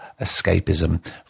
escapism